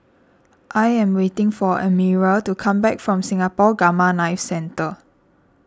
I am waiting for Elmyra to come back from Singapore Gamma Knife Centre